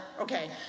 Okay